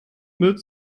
mit